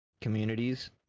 communities